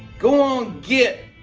go on, git,